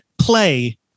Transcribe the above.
play